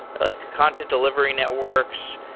like content delivery networks.